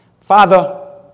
Father